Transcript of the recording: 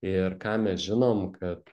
ir ką mes žinom kad